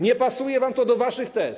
Nie pasuje wam to do waszych tez.